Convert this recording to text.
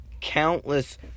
countless